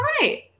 right